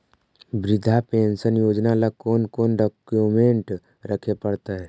वृद्धा पेंसन योजना ल कोन कोन डाउकमेंट रखे पड़तै?